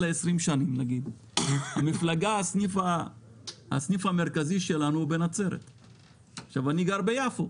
במשך יותר מ-20 שנים הסניף המרכזי של המפלגה הוא בנצרת ואני גר ביפו,